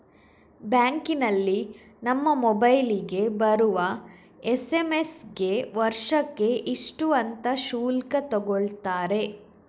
ಬ್ಯಾಂಕಿನಲ್ಲಿ ನಮ್ಮ ಮೊಬೈಲಿಗೆ ಬರುವ ಎಸ್.ಎಂ.ಎಸ್ ಗೆ ವರ್ಷಕ್ಕೆ ಇಷ್ಟು ಅಂತ ಶುಲ್ಕ ತಗೊಳ್ತಾರೆ